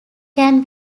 can